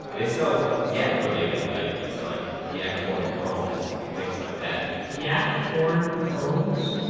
they sell yak-related items like yak horn combs and things like that yak horn combs?